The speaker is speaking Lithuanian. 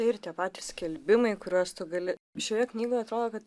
ir tie patys skelbimai kuriuos tu gali šioje knygoje atrodo kad